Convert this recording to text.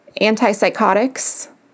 antipsychotics